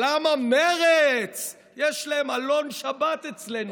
למה מרצ, יש להם עלון שבת אצלנו?